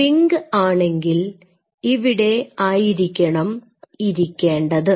pink ആണെങ്കിൽ ഇവിടെ ആയിരിക്കണം ഇരിക്കേണ്ടത്